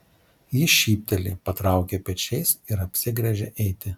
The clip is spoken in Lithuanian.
ji šypteli patraukia pečiais ir apsigręžia eiti